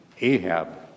Ahab